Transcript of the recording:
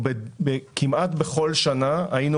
כמעט בכל שנה היינו